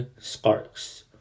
Sparks